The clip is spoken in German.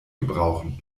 gebrauchen